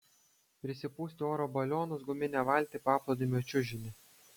prisipūsti oro balionus guminę valtį paplūdimio čiužinį